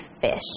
fish